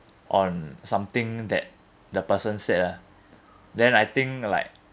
on something that the person said ah then I think like